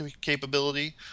capability